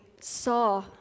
saw